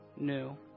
new